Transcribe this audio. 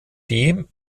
dem